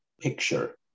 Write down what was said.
picture